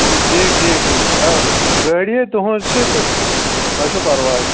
ٹھیٖک ٹھیٖک ٹھیٖک آ گٲڑۍ تُہٕنٛز چھِ تہٕ تۄہہِ چھُو پَرواے